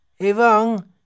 evang